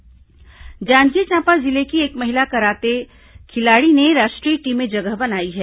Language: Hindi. खेल समाचार जांजगीर चांपा जिले की एक महिला कराते खिलाड़ी ने राष्ट्रीय टीम में जगह बनाई है